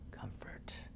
comfort